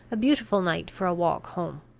a beautiful night for a walk home.